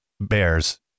bears